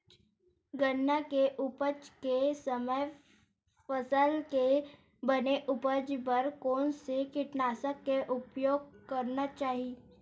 गन्ना के उपज के समय फसल के बने उपज बर कोन से कीटनाशक के उपयोग करना चाहि?